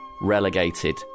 relegated